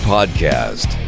Podcast